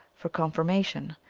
for confirmation.